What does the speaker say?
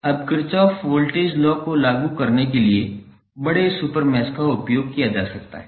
अब Kirchhoff voltage law को लागू करने के लिए बड़े सुपर मैश का उपयोग किया जा सकता है